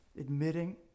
admitting